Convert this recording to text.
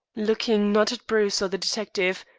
looking, not at bruce or the detective,